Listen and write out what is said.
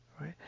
right